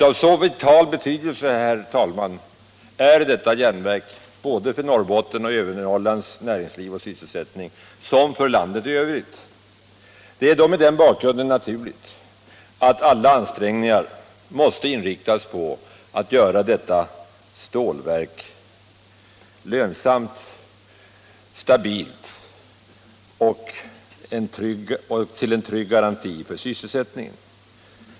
Av så vital betydelse är detta järnverk såväl för Norrbottens och övre Norrlands näringsliv och sysselsättning som för landet i övrigt. Det är mot den bakgrunden naturligt att alla ansträngningar måste inriktas på att göra detta stålverk lönsamt och stabilt och till en trygg garanti för sysselsättningen.